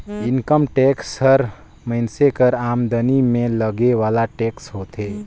income tax हर मइनसे कर आमदनी में लगे वाला टेक्स होथे